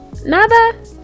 Nada